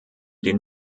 den